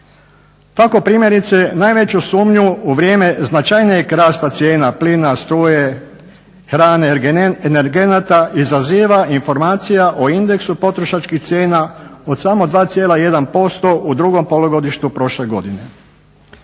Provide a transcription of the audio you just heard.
Tako primjerice najveću sumnju u vrijeme značajnijeg rasta cijena plina, struje, hrane, energenata, izaziva informacija o indeksu potrošačkih cijena od samo 2,1% u drugom polugodištu prošle godine.